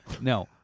No